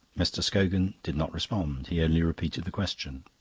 mr. scogan did not respond he only repeated the question,